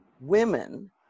women